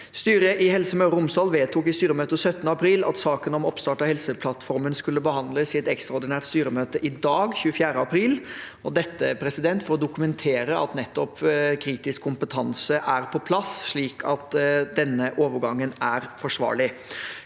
Styret i Helse Møre og Romsdal vedtok i styremøte 17. april at saken om oppstart av Helseplattformen skulle behandles i et ekstraordinært styremøte i dag, 24. april, dette for å dokumentere at kritisk kompetanse er på plass, slik at denne overgangen er forsvarlig.